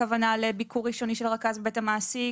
הכוונה לביקור ראשוני של רכז בבית המעסיק,